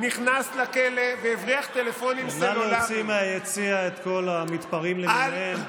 מי היה ראש הממשלה,